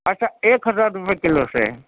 اچھا ایک ہزار روپے کلو سے ہے